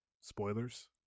Spoilers